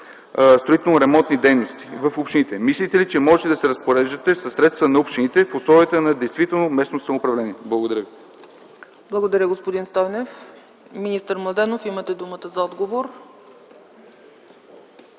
строително-ремонтни дейности в общините? Мислите ли, че можете да се разпореждате със средства на общините в условията на действително местно самоуправление? Благодаря. ПРЕДСЕДАТЕЛ ЦЕЦКА ЦАЧЕВА: Благодаря, господин Стойнев. Министър Младенов, имате думата за отговор.